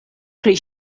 pri